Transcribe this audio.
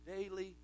daily